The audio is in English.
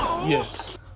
Yes